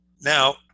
Now